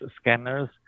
scanners